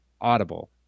audible